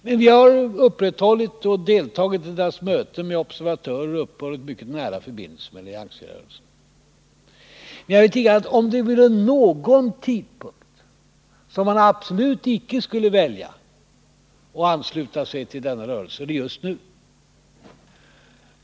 Men vi har deltagit i den alliansfria rörelsens möten med observatörer och upprätthållit mycket nära förbindelser med den alliansfria rörelsen. Men jag vill tillägga att om det är någon tidpunkt som är olämplig för en anslutning till denna rörelse, så är det just nu.